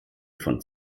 von